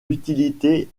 l’utilité